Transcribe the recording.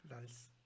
Nice